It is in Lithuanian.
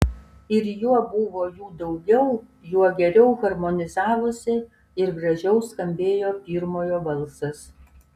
ir juo buvo jų daugiau juo geriau harmonizavosi ir gražiau skambėjo pirmojo balsas